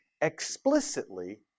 explicitly